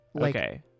Okay